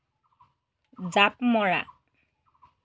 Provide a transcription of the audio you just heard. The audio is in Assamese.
জাঁপ মৰা